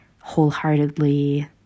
wholeheartedly